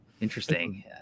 Interesting